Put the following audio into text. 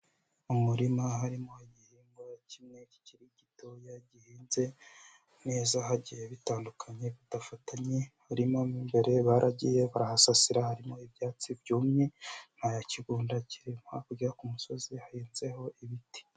Mu murima harimo igihingwa kimwe kikiri gitoya gihinze neza, hagiye bitandukanye bidafatanye. Harimo mo imbere baragiye barahasasira harimo ibyatsi byumye, nta kigunda kirimo hakurya ku musozi hahinzeho ibiti.